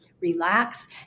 relax